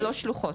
לא שלוחות,